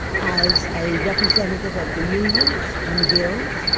as a representative of the unions and guilds,